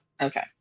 okay